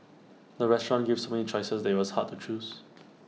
the restaurant gave so many choices that IT was hard to choose